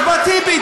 אחמד טיבי,